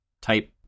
type